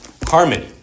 harmony